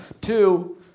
Two